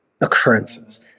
occurrences